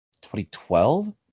2012